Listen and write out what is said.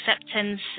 acceptance